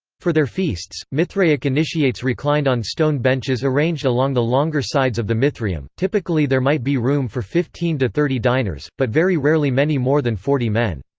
for their feasts, mithraic initiates reclined on stone benches arranged along the longer sides of the mithraeum typically there might be room for fifteen to thirty diners, but very rarely many more than forty men.